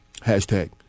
Hashtag